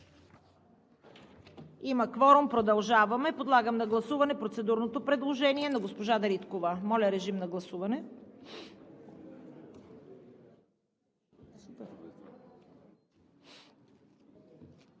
Има кворум, продължаваме. Подлагам на гласуване процедурното предложение на госпожа Дариткова. Гласували